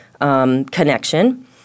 connection